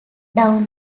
down